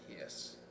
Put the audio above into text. Yes